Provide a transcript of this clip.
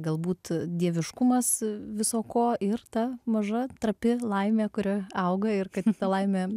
galbūt dieviškumas viso ko ir ta maža trapi laimė kuri auga ir kad ta laimė